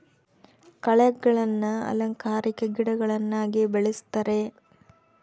ಕಳೆಗಳನ್ನ ಅಲಂಕಾರಿಕ ಗಿಡಗಳನ್ನಾಗಿ ಬೆಳಿಸ್ತರೆ